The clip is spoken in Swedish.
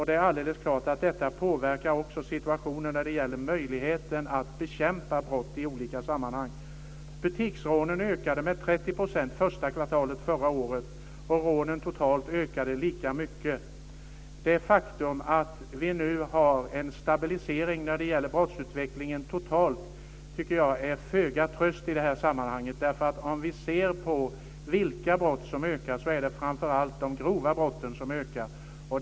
Det är alldeles klart att det också påverkar situationen när det gäller möjligheten att bekämpa brott i olika sammanhang. Butiksrånen ökade med 30 % första kvartalet förra året, och rånen totalt ökade lika mycket. Det faktum att vi nu har en stabilisering när det gäller brottsutvecklingen totalt tycker jag är till föga tröst i det här sammanhanget. Tittar vi på vilka brott som ökar ser vi att det framför allt är de grova brotten.